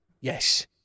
yes